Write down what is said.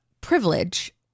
privilege